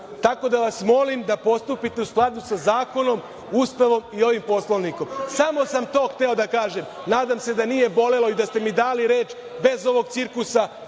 Tako da vas molim da postupite u skladu sa zakonom, Ustavom i ovim Poslovnikom. Samo sam to hteo da kažem. Nadam se da nije bolelo i da ste mi dali reč bez ovog cirkusa,